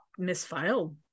misfiled